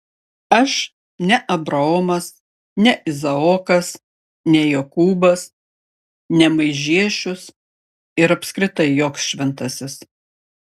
aš ne abraomas ne izaokas ne jokūbas ne maižiešius ir apskritai joks šventasis